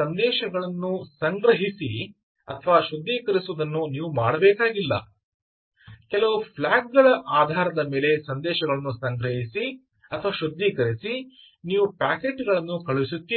ಸಂದೇಶಗಳನ್ನು ಸಂಗ್ರಹಿಸಿ ಅಥವಾ ಶುದ್ಧೀಕರಿಸುವುದನ್ನು ನೀವು ಮಾಡಬೇಕಾಗಿಲ್ಲ ಕೆಲವು ಫ್ಲ್ಯಾಗ್ ಗಳ ಆಧಾರದ ಮೇಲೆ ಸಂದೇಶಗಳನ್ನು ಸಂಗ್ರಹಿಸಿ ಅಥವಾ ಶುದ್ಧೀಕರಿಸಿ ನೀವು ಪ್ಯಾಕೆಟ್ ಗಳನ್ನು ಕಳುಹಿಸುತ್ತೀರಿ